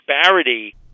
disparity